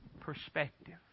perspective